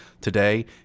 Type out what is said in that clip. today